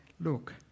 Look